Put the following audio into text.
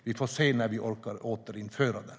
Vi får väl se när vi orkar återinföra det.